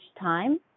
time